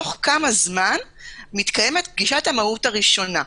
תוך כמה זמן מתקיימת פגישת המהו"ת הראשונה.